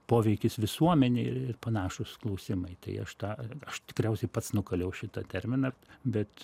poveikis visuomenei ir panašūs klausimai tai aš tą aš tikriausiai pats nukaliau šitą terminą bet